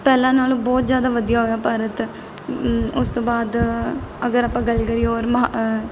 ਪਹਿਲਾਂ ਨਾਲੋਂ ਬਹੁਤ ਜ਼ਿਆਦਾ ਵਧੀਆ ਹੋਇਆ ਭਾਰਤ ਉਸ ਤੋਂ ਬਾਅਦ ਅਗਰ ਆਪਾਂ ਗੱਲ ਕਰੀਏ ਔਰ ਮਹਾ